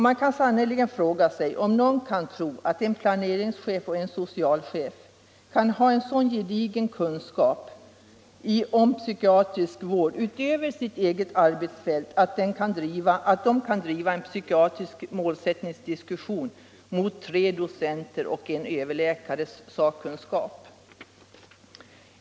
Man kan sannerligen fråga sig om någon tror att en planeringschef och en socialchef kan ha en så gedigen kunskap om psykiatrisk vård utöver sitt eget arbetsfält att de kan driva en psykiatrisk målsättningsdiskussion mot tre docenter och en överläkare.